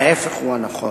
ההיפך הוא הנכון.